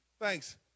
Thanks